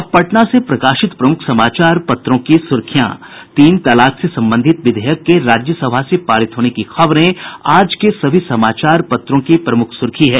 अब पटना से प्रकाशित प्रमुख समाचार पत्रों की सुर्खियां तीन तलाक से संबंधित विधेयक के राज्यसभा से पारित होने की खबरे आज के सभी समाचार पत्रों की प्रमुख सुर्खी है